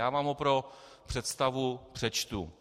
Já vám ho pro představu přečtu.